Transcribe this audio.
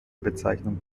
bezeichnung